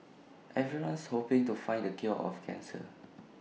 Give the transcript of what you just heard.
everyone's hoping to find the cure for cancer